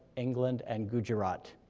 england, and gujarat.